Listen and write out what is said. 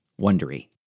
Wondery